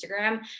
Instagram